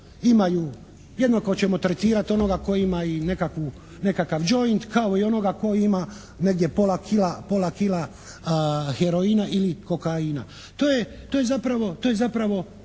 jednako ćemo tretirati onoga tko ima i nekakav joint, kao i onoga tko ima negdje pola kila heroina ili kokaina. To je zapravo